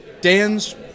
Dan's